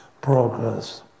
progress